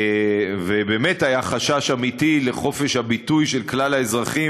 ובאמת היה חשש אמיתי לחופש הביטוי של כלל האזרחים